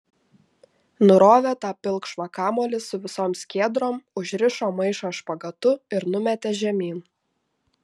nurovė tą pilkšvą kamuolį su visom skiedrom užrišo maišą špagatu ir numetė žemyn